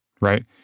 right